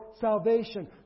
salvation